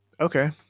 Okay